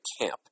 camp